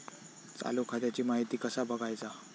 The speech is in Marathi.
चालू खात्याची माहिती कसा बगायचा?